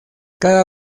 cada